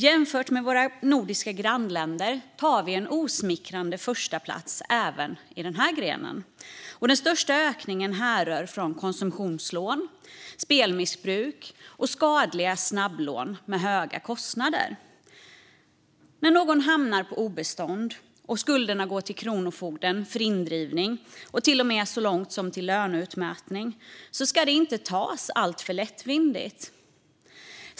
Jämfört med våra nordiska grannländer tar vi en osmickrande första plats även i den här grenen, och den största ökningen härrör från konsumtionslån, spelmissbruk och skadliga snabblån med höga kostnader. När någon hamnar på obestånd och skulderna går till Kronofogden för indrivning och till och med så långt som till löneutmätning ska det inte tas alltför lättvindigt.